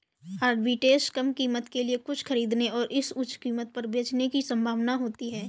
arbitrage कम कीमत के लिए कुछ खरीदने और इसे उच्च कीमत पर बेचने की संभावना होती है